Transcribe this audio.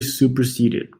superseded